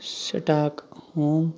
stock home